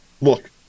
look